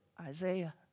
Isaiah